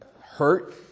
hurt